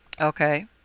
Okay